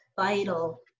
Vital